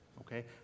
okay